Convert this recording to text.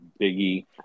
biggie